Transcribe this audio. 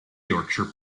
yorkshire